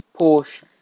Porsche